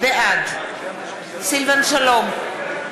בעד סילבן שלום,